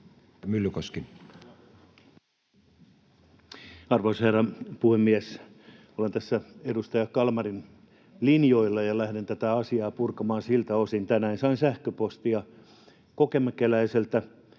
Arvoisa herra puhemies! Olen tässä edustaja Kalmarin linjoilla ja lähden tätä asiaa purkamaan siltä osin. Tänään sain sähköpostia kokemäkeläiseltä